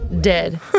Dead